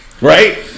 Right